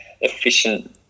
efficient